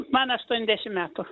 man aštuoniasdešimt metų